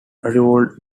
ruled